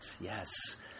Yes